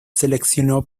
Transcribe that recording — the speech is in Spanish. seleccionó